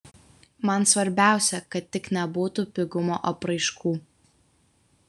man svarbiausia kad tik nebūtų pigumo apraiškų